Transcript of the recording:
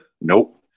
Nope